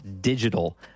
digital